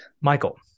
Michael